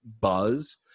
buzz